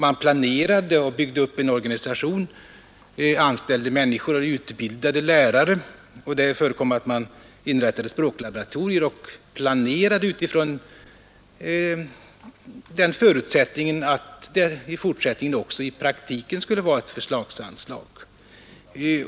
Man planerade och byggde upp en organisation, anställde människor och utbildade lärare, och det förekom att man inrättade språklaboratorier och planerade utifrån den förutsättningen att det i fortsättningen också i praktiken skulle vara ett förslagsanslag.